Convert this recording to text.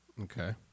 Okay